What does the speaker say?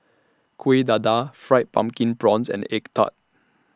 Kueh Dadar Fried Pumpkin Prawns and Egg Tart